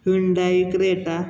Hyundai Creta